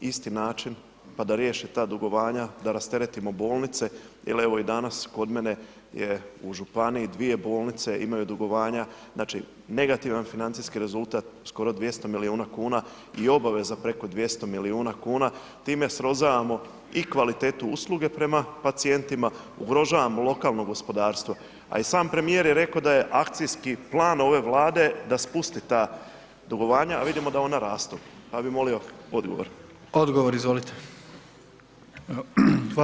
isti način pa da riješe ta dugovanja da rasteretimo bolnice jer evo danas kod mene je u županiji dvije bolnice, imaju dugovanja, znači negativan financijski rezultat, skoro 200 milijuna kuna i obaveza preko 200 milijuna, time srozavamo i kvalitetu usluge prema pacijentima, ugrožavamo lokalno gospodarstvo a i sam premijer je rekao da je akcijski plan ove Vlade da spusti ta dugovanja a vidimo da ona rastu pa bi molio odgovor.